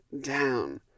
down